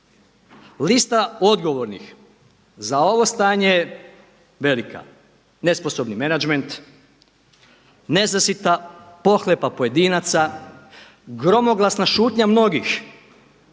Lista odgovornih za ovo stanje velika, nesposobni menadžment, nezasitna pohlepa pojedinaca, gromoglasna šutnja mnogih